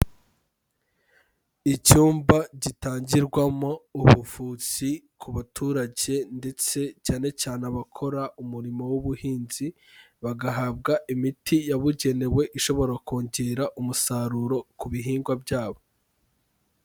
Icyumba gitangirwamo ubuvuzi ku baturage ndetse cyane cyane abakora umurimo w'ubuhinzi, bagahabwa imiti yabugenewe ishobora kongera umusaruro ku bihingwa byabo.